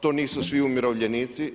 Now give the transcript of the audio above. To nisu svi umirovljenici.